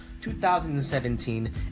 2017